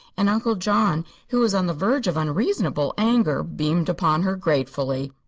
and uncle john, who was on the verge of unreasonable anger, beamed upon her gratefully.